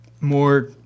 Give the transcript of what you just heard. more